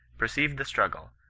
perceived the struggle,